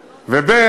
וב.